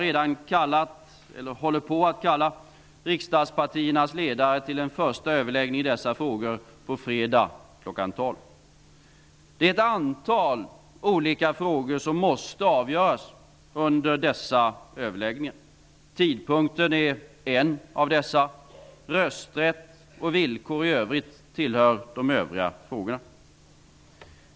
Jag håller redan på att kalla riksdagspartiernas ledare till en första överläggning i dessa frågor på fredag klockan Det är ett antal olika frågor som måste avgöras under dessa överläggningar. Tidpunkten är en av dessa, och rösträtt och villkor i övrigt är andra.